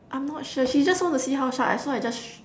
I'm not sure she just want to see how sharp ah so I just sh~